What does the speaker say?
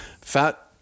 Fat